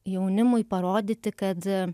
jaunimui parodyti kad